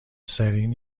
سرین